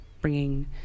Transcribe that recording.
bringing